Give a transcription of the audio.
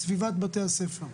בסביבת בתי הספר.